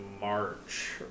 march